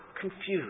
confused